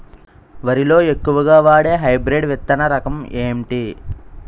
వరి లో ఎక్కువుగా వాడే హైబ్రిడ్ విత్తన రకం ఏంటి?